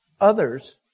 Others